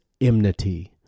enmity